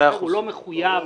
הוא לא מחויב